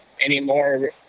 anymore